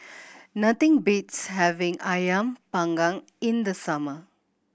nothing beats having Ayam Panggang in the summer